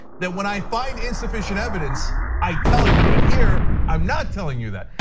that when i find insufficient evidence, i tell you and here i'm not telling you that.